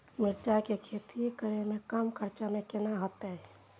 मिरचाय के खेती करे में कम खर्चा में केना होते?